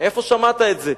איפה שמעת את זה?